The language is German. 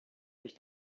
sich